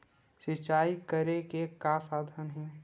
सिंचाई करे के का साधन हे?